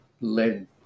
led